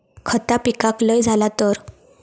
खता पिकाक लय झाला तर?